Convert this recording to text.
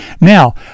Now